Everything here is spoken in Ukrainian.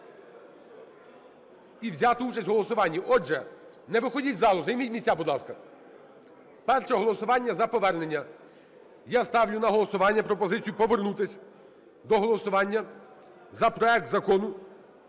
і взяти участь в голосуванні. Отже… Не виходіть з залу, займіть місця, будь ласка. Перше голосування – за повернення. Я ставлю на голосування пропозицію повернутись до голосування за проект Закону